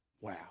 Wow